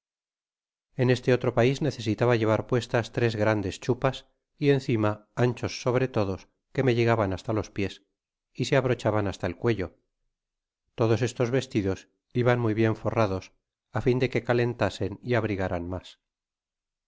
en este otro pais necesitaba llevar puestas tres grandes chupas y encima anchos sobretodos que me llegaban hasta los pies y se abrochaban hasta el cuello todos estos vestidos jiban muy bien forrados á fin de que calentasen y abrigaran mas